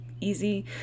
Easy